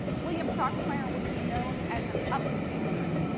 william proxmire would be known as an up stander,